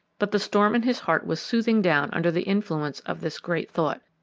but the storm in his heart was soothing down under the influence of this great thought.